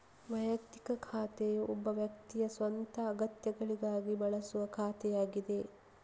ವೈಯಕ್ತಿಕ ಖಾತೆಯು ಒಬ್ಬ ವ್ಯಕ್ತಿಯ ಸ್ವಂತ ಅಗತ್ಯಗಳಿಗಾಗಿ ಬಳಸುವ ಖಾತೆಯಾಗಿದೆ